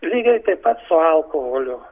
lygiai taip pat su alkoholiu